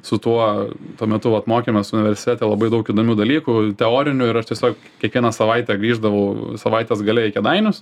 su tuo tuo metu vat mokemės universitete labai daug įdomių dalykų teorinių ir aš tiesiog kiekvieną savaitę grįždavau savaitės gale į kėdainius